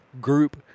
group